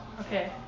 Okay